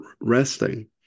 resting